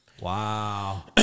Wow